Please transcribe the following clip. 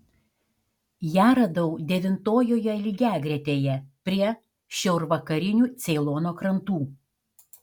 ją radau devintojoje lygiagretėje prie šiaurvakarinių ceilono krantų